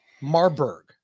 Marburg